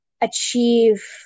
achieve